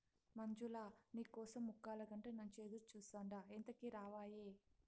మంజులా, నీ కోసం ముక్కాలగంట నుంచి ఎదురుచూస్తాండా ఎంతకీ రావాయే